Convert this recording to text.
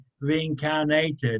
reincarnated